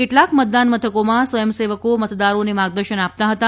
કેટલાક મતદાન મથકોમાં સ્વયં સેવકો મતદારોને માર્ગદર્શન આપતા હતા